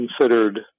considered